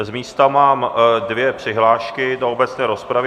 Z místa mám dvě přihlášky do obecné rozpravy.